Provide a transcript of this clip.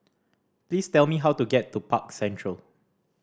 please tell me how to get to Park Central